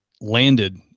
landed